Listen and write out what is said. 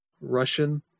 Russian